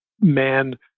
man